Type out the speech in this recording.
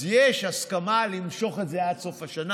אז יש הסכמה למשוך את זה עד סוף השנה.